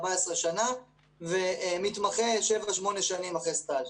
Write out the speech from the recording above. שנה ומתמחה שבע שמונה שנים אחרי סטאז'.